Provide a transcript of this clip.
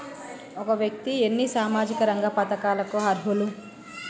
ఒక వ్యక్తి ఎన్ని సామాజిక రంగ పథకాలకు అర్హులు?